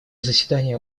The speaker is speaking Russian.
заседание